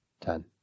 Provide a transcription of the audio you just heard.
Ten